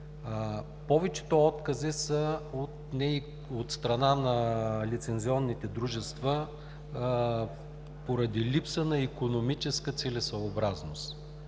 Повечето откази са от страна на лицензионните дружества поради липса на икономическа целесъобразност